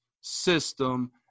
system